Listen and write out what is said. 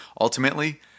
ultimately